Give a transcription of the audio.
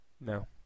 No